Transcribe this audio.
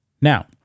Now